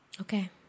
okay